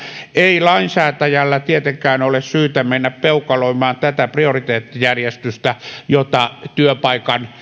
ei lainsäätäjällä tietenkään ole syytä mennä peukaloimaan tätä prioriteettijärjestystä jota työpaikan